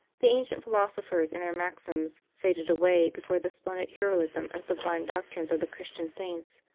the ancient philosophers and their maxims faded away before the splendid heroism and sublime doctrines of the christian saints.